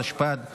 התשפ"ד 2023,